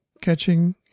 catching